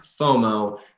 FOMO